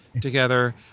together